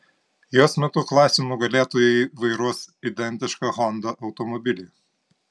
jos metu klasių nugalėtojai vairuos identišką honda automobilį